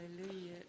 Hallelujah